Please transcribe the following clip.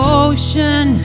ocean